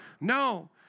No